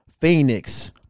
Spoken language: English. Phoenix